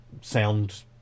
sound